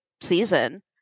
season